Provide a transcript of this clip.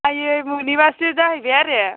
आइयै उमुखनिबासो जाहैबाय आरो